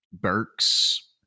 Burks